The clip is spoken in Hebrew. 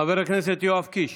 חבר הכנסת יואב קיש.